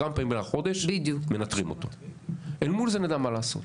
אל מול זה נדע מה לעשות.